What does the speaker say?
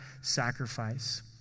sacrifice